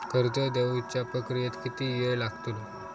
कर्ज देवच्या प्रक्रियेत किती येळ लागतलो?